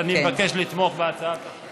אני מבקש לתמוך בהצעת החוק.